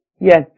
Yes